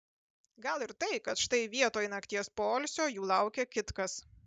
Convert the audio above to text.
gal ir tai kad štai vietoj nakties poilsio jų laukia kitkas